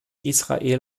israel